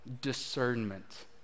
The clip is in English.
discernment